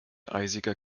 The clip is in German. eisiger